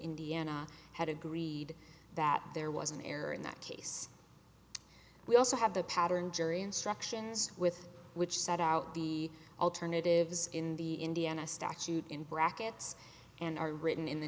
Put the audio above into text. indiana had agreed that there was an error in that case we also have the pattern jury instructions with which set out the alternatives in the indiana statute in brackets and are written in the